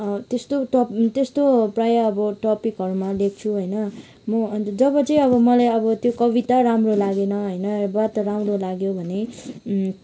त्यस्तो त त्यस्तो प्रायः अब टपिकहरूमा लेख्छु होइन म अन्त जब चाहिँ मलाई अब कविता राम्रो लागेन होइन वा त राम्रो लाग्यो भने